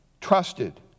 trusted